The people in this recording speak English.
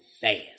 fast